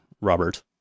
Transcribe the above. Robert